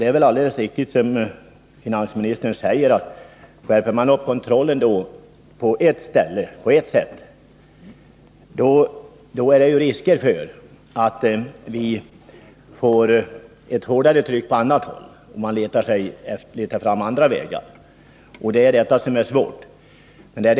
Det är väl alldeles riktigt, som handelsministern säger, att skärper man kontrollen på ett ställe, är det risker Om förutsättningför att vi får ett hårdare tryck på annat håll. Vederbörande söker andra vägar. — arna för ett nytt Det är detta som är svårt att kontrollera.